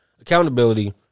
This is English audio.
Accountability